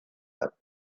that